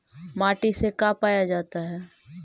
माटी से का पाया जाता है?